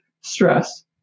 stress